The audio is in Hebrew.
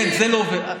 זה לא עובד,